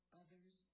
others